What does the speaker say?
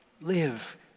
live